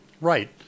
Right